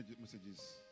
messages